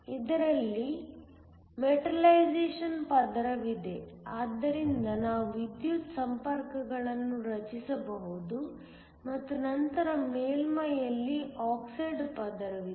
ಇದರಲ್ಲಿ ಮೆಟಾಲೈಸೇಶನ್ ಪದರವಿದೆ ಆದ್ದರಿಂದ ನಾವು ವಿದ್ಯುತ್ ಸಂಪರ್ಕಗಳನ್ನು ರಚಿಸಬಹುದು ಮತ್ತು ನಂತರ ಮೇಲ್ಮೈಯಲ್ಲಿ ಆಕ್ಸೈಡ್ ಪದರವಿದೆ